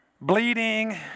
bleeding